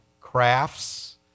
crafts